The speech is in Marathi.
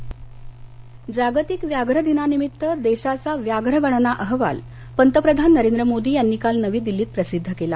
व्याघ्र दिन जागतिक व्याघ्र दिनानिमित्त देशाचा व्याघ्र गणना अहवाल पंतप्रधान नरेंद्र मोदी यांनी काल नवी दिल्लीत प्रसिद्ध केला